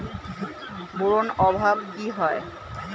Boron অভাবে কি হয়?